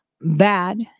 bad